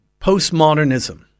postmodernism